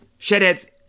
Shedheads